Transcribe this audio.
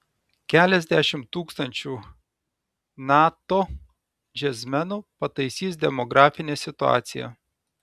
keliasdešimt tūkstančių nato džiazmenų pataisys demografinę situaciją